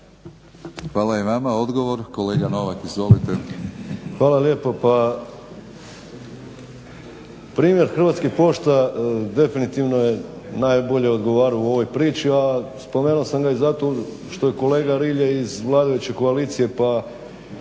(Hrvatski laburisti - Stranka rada)** Hvala lijepa. Pa primjer Hrvatske pošte definitivno je najbolje odgovarao u ovoj priči, a spomenuo sam ga i zato što je kolega Rilje iz vladajuće koalicije pa